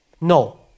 No